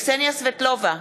קסניה סבטלובה,